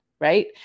right